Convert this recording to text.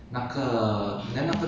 yeah it's quite safe 的